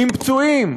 עם פצועים.